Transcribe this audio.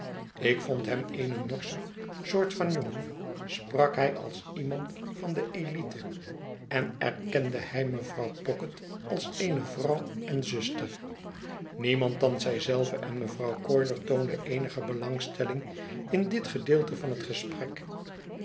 ik vond hem eene norsche soort van j ongen sprak hij als iemand van de elite en erkende hij mevrouw pocket als eene vrouw en zuster niemand dan zij zelve en mevrouw coiler toonde eenige belangstelling in dit gedeelte van het gesprek